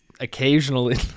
Occasionally